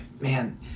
man